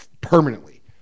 permanently